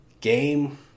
game